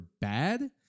bad